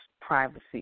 privacy